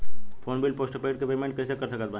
Phone bill postpaid के payment कैसे कर सकत बानी?